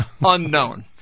unknown